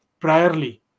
priorly